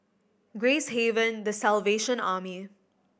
Gracehaven The Salvation Army